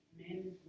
Men